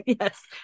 Yes